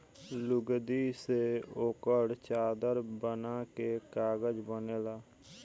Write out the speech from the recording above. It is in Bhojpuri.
लुगदी से ओकर चादर बना के कागज बनेला